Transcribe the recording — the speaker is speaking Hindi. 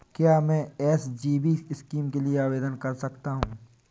क्या मैं एस.जी.बी स्कीम के लिए आवेदन कर सकता हूँ?